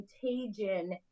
contagion